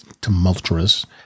tumultuous